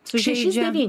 šešis devynis